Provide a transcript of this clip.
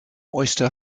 oyster